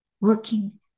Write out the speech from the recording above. working